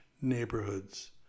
neighborhoods